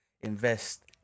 invest